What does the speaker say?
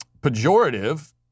pejorative